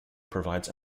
provides